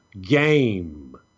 game